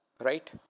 Right